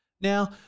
Now